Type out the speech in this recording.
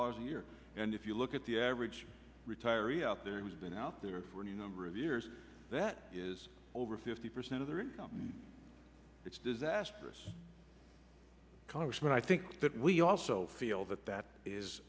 dollars a year and if you look at the average retiree out there who's been out there were any number of years that is over fifty percent of their income and it's disastrous congressman i think that we also feel that that is